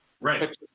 Right